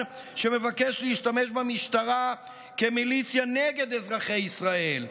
שמבקש להשתמש במשטרה כמיליציה נגד אזרחי ישראל,